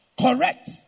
correct